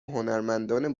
هنرمندان